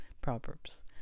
Proverbs